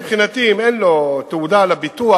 מבחינתי, אם אין לו תעודה על הביטוח,